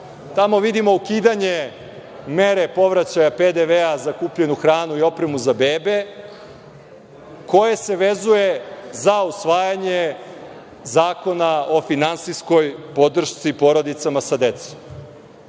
tamo vidimo ukidanje mere povraćaja PDV za kupljenu hranu i opremu za bebe, koji se vezuje za usvajanje Zakona o finansijskoj podršci porodicama sa decom. Vrlo